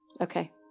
Okay